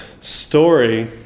story